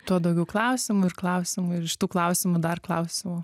tuo daugiau klausimų ir klausimų ir iš tų klausimų dar klausimų